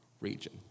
region